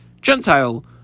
Gentile